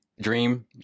Dream